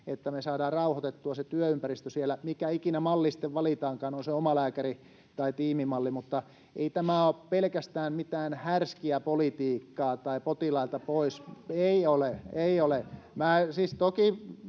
pelkästään sillä rauhoitettua se työympäristö, mikä ikinä malli sitten valitaankaan, on se omalääkäri‑ tai tiimimalli. Ei tämä ole pelkästään mitään härskiä politiikkaa tai potilailta pois. [Krista Kiuru: